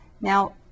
Now